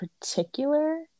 particular